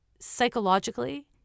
psychologically